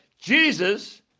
Jesus